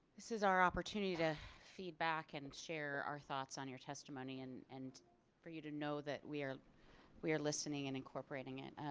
this is our opportunity to feed back and share our thoughts on your testimony and and for you to know that we are we are listening and incorporating it.